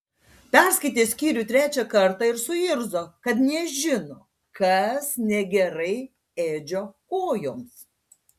perskaitė skyrių trečią kartą ir suirzo kad nežino kas negerai edžio kojoms